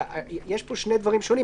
יש פה שני דברים שונים.